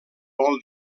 vol